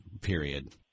period